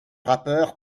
rappeur